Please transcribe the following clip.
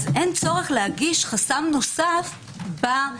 אין צורך להגיש חסם נוסף שהוא פרוצדורלי.